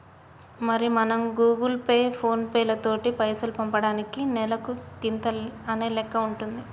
మరి మనం Google Pay ఫోన్ పేలతోటి పైసలు పంపటానికి నెలకు గింత అనే లెక్క ఉంటుంది